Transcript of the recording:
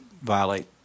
violate